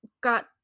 Got